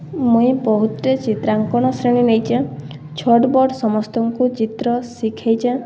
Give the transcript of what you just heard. ମୁଇଁ ବହୁତ୍ଟେ ଚିତ୍ରାଙ୍କନ ଶ୍ରେଣୀ ନେଇଚେଁ ଛୋଟ୍ ବଡ଼୍ ସମସ୍ତଙ୍କୁ ଚିତ୍ର ଶିଖେଇଚେଁ